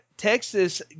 Texas –